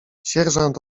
sierżant